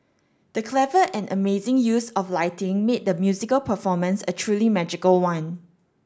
the clever and amazing use of lighting made the musical performance a truly magical one